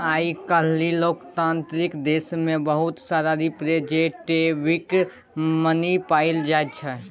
आइ काल्हि लोकतांत्रिक देश मे बहुत रास रिप्रजेंटेटिव मनी पाएल जाइ छै